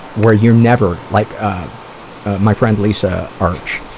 where, you're never, like ah ah my friend lisa arch,